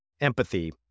empathy